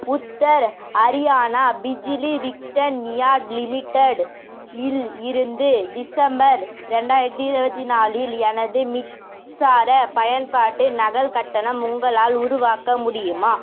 உத்தர் ஹரியானா பிஜ்ஜிலி விக்ட்ரன் நியாம் லிமிடெட் இல் இருந்து டிசம்பர் ரெண்டாயிரத்தி இருபத்தி நாலில் எனது மின்சார பயன்பாட்டு நகல் கட்டணம் உங்களால் உருவாக்க முடியுமா